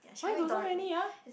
why you got so many ah